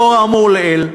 לאור האמור לעיל,